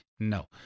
No